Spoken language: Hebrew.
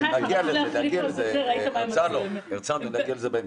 נו, בחייך, --- הרצנו, נגיע לזה בהמשך.